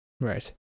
Right